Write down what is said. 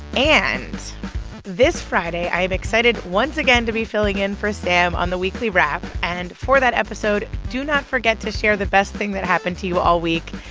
and this friday, i'm excited once again to be filling in for sam on the weekly wrap, and for that episode, do not forget to share the best thing that happened to you all week.